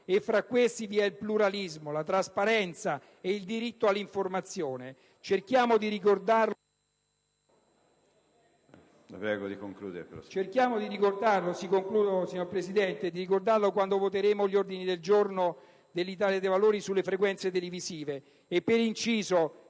fra cui figurano il pluralismo, la trasparenza e il diritto all'informazione. Cerchiamo di ricordarlo quando voteremo gli ordini del giorno dell'Italia dei Valori sulle frequenze televisive. Per inciso,